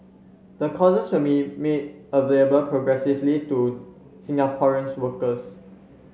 the courses will be made available progressively to Singaporean's workers